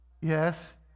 Yes